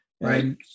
Right